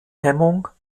hemmung